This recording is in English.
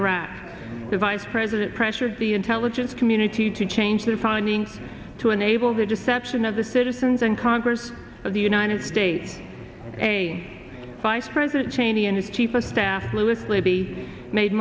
iraq the vice president pressures the intelligence community to change their findings to enable the deception of the citizens and congress of the united states a vice president cheney and his chief of staff lewis libby made